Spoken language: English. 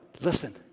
listen